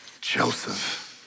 Joseph